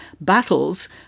battles